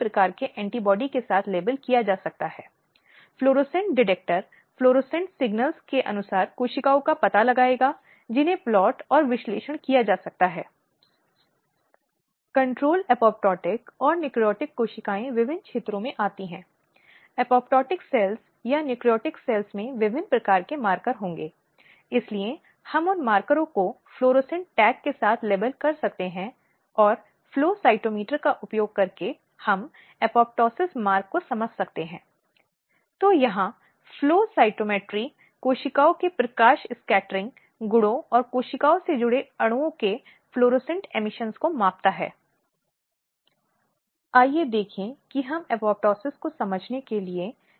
इसके अलावा महिलाओं की गोपनीयता को बनाए रखा जाना चाहिए और विशेषतः महिला न्यायाधीशों के साथ और यही वह जगह है जहां इसका प्रभाव देखा जाता है जब हम आईसीसी इत्यादि के संयोजन को कार्य स्थल अधिनियम में यौन उत्पीड़न में देखते हैं तो वे महिलाओं की अध्यक्षता में होते हैं